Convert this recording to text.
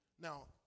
Now